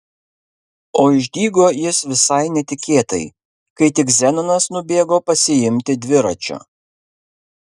o išdygo jis visai netikėtai kai tik zenonas nubėgo pasiimti dviračio